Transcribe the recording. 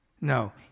No